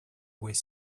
where